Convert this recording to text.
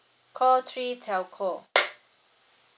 call three telco